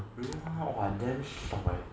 you know how come I damn leh